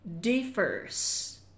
differs